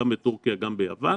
גם בטורקיה וגם ביוון,